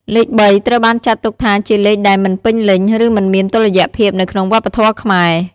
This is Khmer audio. លេខបីត្រូវបានចាត់ទុកថាជាលេខដែលមិនពេញលេញ ឬមិនមានតុល្យភាពនៅក្នុងវប្បធម៌ខ្មែរ។